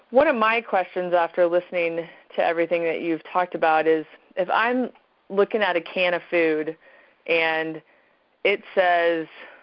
one of my questions after listening to everything that you've talked about is if i'm looking at a can of food and it says,